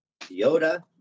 Yoda